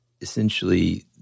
essentially